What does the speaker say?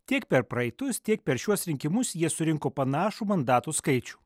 tiek per praeitus tiek per šiuos rinkimus jie surinko panašų mandatų skaičių